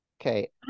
Okay